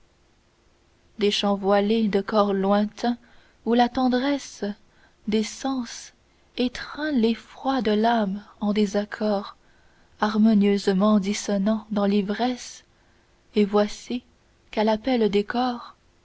chants voilés de cors lointains où la tendresse des sens étreint l'effroi de l'âme en des accords harmonieusement dissonnants dans l'ivresse et voici qu'à l'appel des cors